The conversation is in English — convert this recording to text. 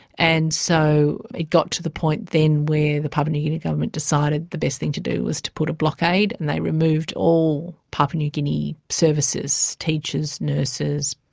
and so it got to the point then where the papua new guinea government decided the best thing to do was to put a blockade, and they removed all papua new guinea services teachers, nurses,